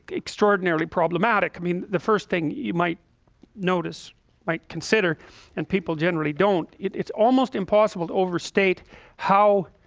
extraordinarily problematic. i mean the first thing you might notice might consider and people generally don't it's almost impossible to overstate how